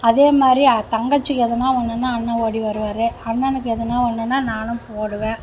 அதேமாதிரி தங்கச்சிக்கு எதனா ஒன்றுனா அண்ணன் ஓடி வருவார் அண்ணனுக்கு எதனா ஒன்றுனா நானும் ஓடுவேன்